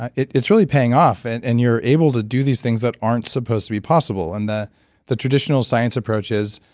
it's really paying off, and and you're able to do these things that aren't supposed to be possible. and the the traditional science approach is,